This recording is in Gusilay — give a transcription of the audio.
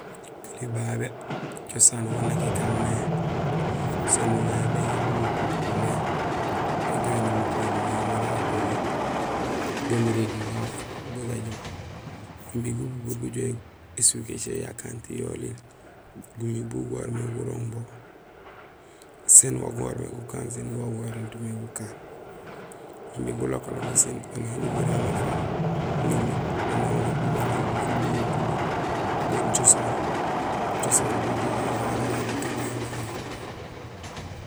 Gani babé cosaan wan nak ékaan mé; sén nuŋayo béŋa bu gakulu gulé; éganil mukanineey mara ajoolee, gamirénil waaf bu gajoom imbi gupupuur gujoow ésuk écé ya kant yoliil gumi bu gawaar mé gurooŋ bo sén wan guwaar mé gukaan sin wan guwarénut mé gukaan imbi gulako lako sin aan ha numiré anafaan nami aan hahu umé buganol gukuluwo kulu do cosaan; cosan gujéék go gagé gaan nak ékaan mé aan.